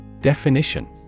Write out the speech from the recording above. Definition